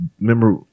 Remember